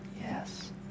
yes